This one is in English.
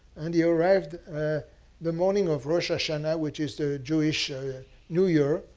and he arrived the morning of rosh hashanah, which is the jewish new year.